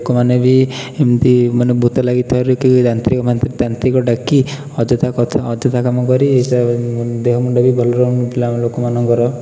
ଲୋକମାନେ ବି ଏମିତି ମାନେ ଭୂତ ଲାଗିଥିବାରୁ କି ତାନ୍ତ୍ରିକ ଫାନ୍ତ୍ରିକ ତାନ୍ତ୍ରିକ ଡାକି ଅଯଥା କଥା ଅଯଥା କାମ କରି ତା ଦେହ ମୁଣ୍ଡ ବି ଭଲ ରହୁନଥିଲା ଲୋକମାନଙ୍କର